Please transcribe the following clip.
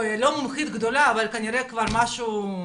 אני לא מומחית גדולה, אבל כנראה למדתי משהו.